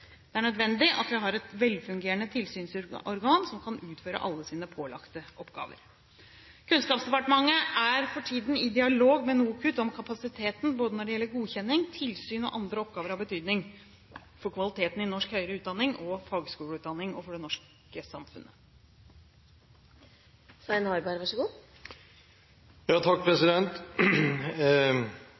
Det er nødvendig at vi har et velfungerende tilsynsorgan som kan utføre alle sine pålagte oppgaver. Kunnskapsdepartementet er for tiden i dialog med NOKUT om kapasiteten når det gjelder både godkjenning, tilsyn og andre oppgaver av betydning for kvaliteten i norsk høyere utdanning og fagskoleutdanning – og for det norske samfunnet.